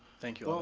thank you.